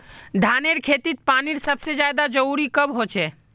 धानेर खेतीत पानीर सबसे ज्यादा जरुरी कब होचे?